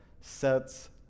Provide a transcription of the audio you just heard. sets